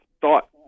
thought